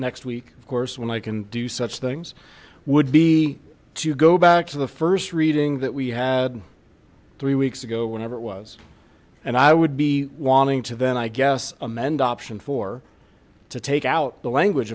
next week of course when i can do such things would be to go back to the first reading that we had three weeks ago whenever it was and i would be wanting to then i guess amend option four to take out the language